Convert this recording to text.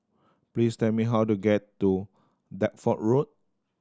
please tell me how to get to Deptford Road